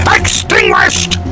extinguished